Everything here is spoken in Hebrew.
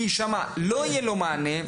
כי שם לא יהיה לו מענה",